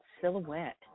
silhouette